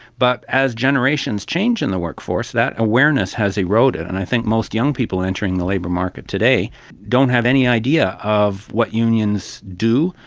but as generations change in the workforce, that awareness has eroded. and i think most young people entering the labour market today don't have any idea of what unions do,